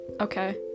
okay